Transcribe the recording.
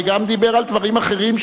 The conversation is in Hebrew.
וגם דיבר על דברים אחרים,